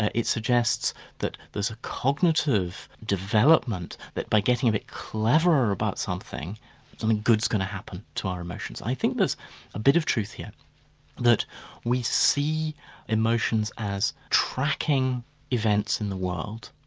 ah it suggests that there's a cognitive development that by getting a bit cleverer about something, something good's going to happen to our emotions. i think there's a bit of truth here that we see emotions as tracking events in the world.